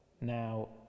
now